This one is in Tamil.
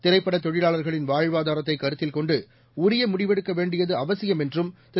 திரைப்பட தொழிலாளர்களின் வாழ்வாதாரத்தை கருத்தில் கொண்டு உரிய முடிவெடுக்க வேண்டியது அவசியம் என்றும் திரு